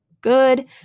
good